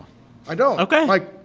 i don't ok like,